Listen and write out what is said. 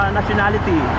nationality